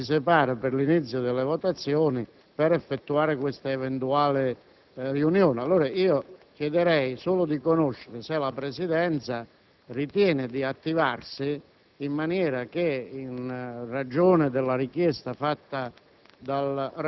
l'utilizzazione costruttiva e positiva del tempo che ci separa dall'inizio delle votazioni per tenere questa eventuale riunione. Chiederei solo di conoscere se la Presidenza ritiene di attivarsi.